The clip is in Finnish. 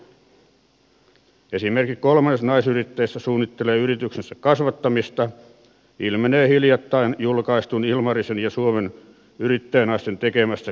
esimerkiksi kolmannes naisyrittäjistä suunnittelee yrityksensä kasvattamista ilmenee hiljattain julkaistun ilmarisen ja suomen yrittäjänaisten tekemästä kyselytutkimuksesta